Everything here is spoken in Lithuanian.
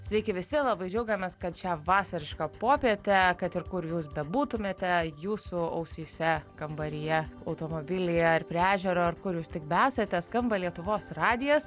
sveiki visi labai džiaugiamės kad šią vasarišką popietę kad ir kur jūs bebūtumėte jūsų ausyse kambaryje automobilyje ar prie ežero ar kur jūs tik besate skamba lietuvos radijas